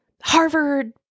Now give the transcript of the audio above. Harvard